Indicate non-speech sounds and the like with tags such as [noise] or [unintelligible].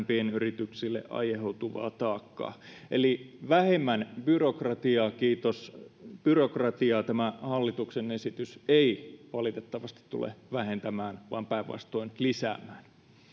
[unintelligible] pienyrityksille aiheutuvaa taakkaa eli vähemmän byrokra tiaa kiitos byrokratiaa tämä hallituksen esitys ei valitettavasti tule vähentämään vaan päinvastoin lisäämään